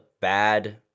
bad